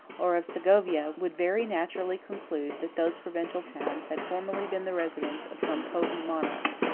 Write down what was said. or of segovia, would very naturally conclude that those provincial towns had formerly been the residence of some potent monarch.